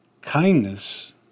kindness